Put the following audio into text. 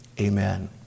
Amen